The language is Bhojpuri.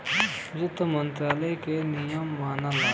वित्त मंत्रालय के नियम मनला